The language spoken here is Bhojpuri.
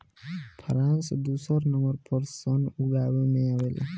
फ्रांस दुसर नंबर पर सन उगावे में आवेला